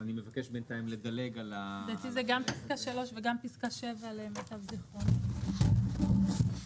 אני מבקש בינתיים לדלג על ה --- למיטב זכרוני זה פסקה 3 ופסקה 7. כן,